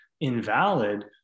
invalid